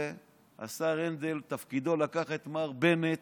והשר הנדל, תפקידו לקחת את מר בנט